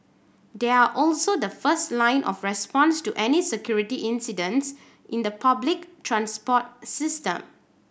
they are also the first line of response to any security incidents in the public transport system